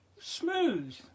smooth